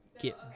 get